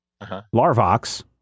Larvox